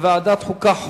לוועדת החוקה,